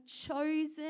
chosen